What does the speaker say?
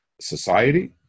society